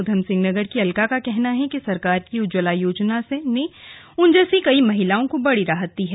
उधमसिंहनगर की अलका का कहना है कि सरकार की उज्ज्वला योजना से उन जैसी कई महिलाओं को बड़ी राहत मिली है